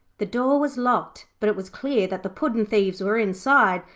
the door was locked, but it was clear that the puddin'-thieves were inside,